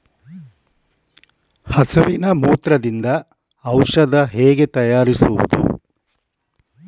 ಹಸುವಿನ ಮೂತ್ರದಿಂದ ಔಷಧ ಹೇಗೆ ತಯಾರಿಸುವುದು?